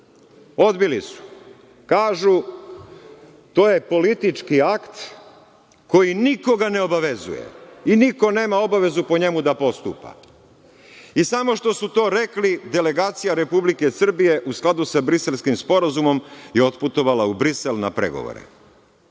odbili su, kažu – to je politički akt, koji nikoga ne obavezuje i niko nema obavezu po njemu da postupa. I samo što su to rekli, delegacija Republike Srbije, u skladu sa Briselskim sporazumom je otputovala u Brisel na pregovore,